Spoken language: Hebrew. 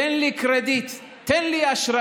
תן לי קרדיט, תן לי אשראי.